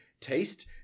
taste